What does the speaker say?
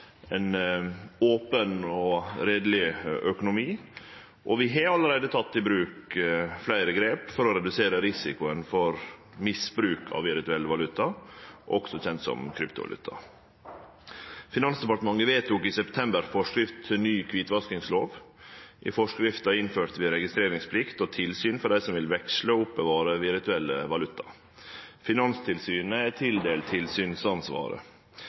ein open og reieleg økonomi. Vi har allereie teke fleire grep for å redusere risikoen for misbruk av virtuell valuta, også kjend som kryptovaluta. Finansdepartementet vedtok i september forskrift til ny kvitvaskingslov. I forskrifta innførte vi registreringsplikt og tilsyn for dei som vil veksle og oppbevare virtuell valuta. Finanstilsynet er tildelt tilsynsansvaret.